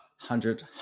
hundred